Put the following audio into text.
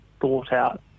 thought-out